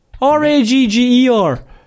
R-A-G-G-E-R